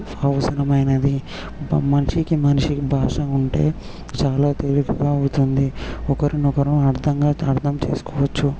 అవసరమైనది మనిషికి మనిషికి భాష ఉంటే చాలా తేలికగా అవుతుంది ఒకరినొకరు అర్థంగా అర్థం చేసుకోవచ్చు